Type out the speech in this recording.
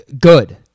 good